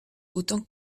autant